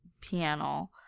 piano